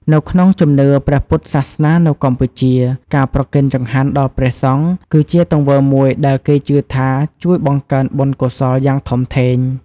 នៅក្នុងជំនឿព្រះពុទ្ធសាសនានៅកម្ពុជា ការប្រគេនចង្ហាន់ដល់ព្រះសង្ឃ គឺជាទង្វើមួយដែលគេជឿថាជួយបង្កើនបុណ្យកុសលយ៉ាងធំធេង។